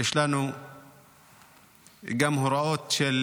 יש לנו גם הוראות של